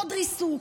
עוד ריסוק,